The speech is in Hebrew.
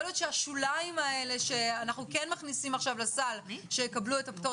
יכול להיות שהשוליים האלה שאנחנו כן מכניסים עכשיו לסל שיקבלו את הפטור,